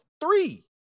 three